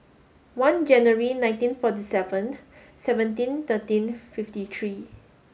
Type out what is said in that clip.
one January nineteen forty seven seventeen thirteen fifty three